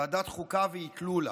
ועדת חוקה ואטלולא,